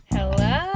Hello